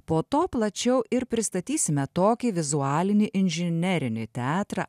po to plačiau ir pristatysime tokį vizualinį inžinerinį teatrą